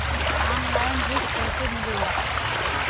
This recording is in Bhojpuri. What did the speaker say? ऑनलाइन ऋण कैसे मिले ला?